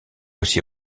aussi